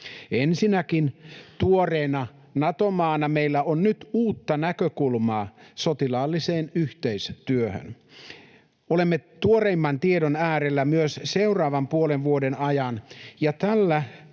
Ensinnäkin tuoreena Nato-maana meillä on nyt uutta näkökulmaa sotilaalliseen yhteistyöhön. Olemme tuoreimman tiedon äärellä myös seuraavan puolen vuoden ajan, ja tällä